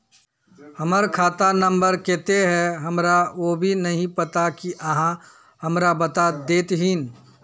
हमर खाता नम्बर केते है हमरा वो भी नहीं पता की आहाँ हमरा बता देतहिन?